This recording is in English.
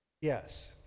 Yes